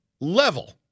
level